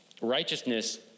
Righteousness